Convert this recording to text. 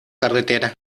carretera